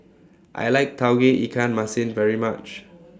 I like Tauge Ikan Masin very much